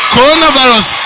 Coronavirus